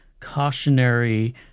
cautionary